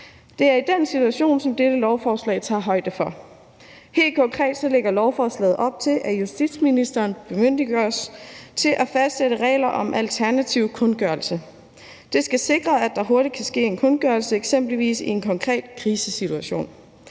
Det er den situation, som dette lovforslag tager højde for. Helt konkret lægger lovforslaget op til, at justitsministeren bemyndiges til at fastsætte regler om alternativ kundgørelse. Det skal sikre, at der hurtigt kan ske en kundgørelse i eksempelvis en konkret krisesituation.